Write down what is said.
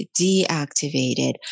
deactivated